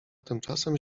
tymczasem